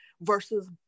versus